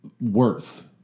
worth